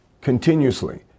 continuously